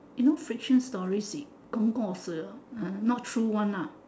you know fiction stories si kong kor si ah not true one ah